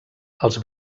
els